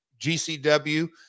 GCW